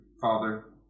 father